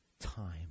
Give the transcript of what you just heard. time